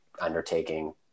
undertaking